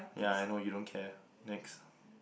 ya I know you don't care next